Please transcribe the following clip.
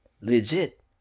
Legit